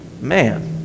man